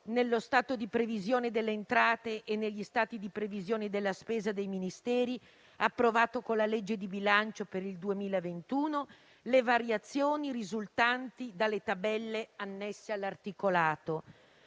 nello stato di previsione delle entrate e negli stati di previsione della spesa dei Ministeri approvati con la legge di bilancio per il 2021, le variazioni risultanti dalle tabelle annesse all'articolato;